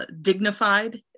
dignified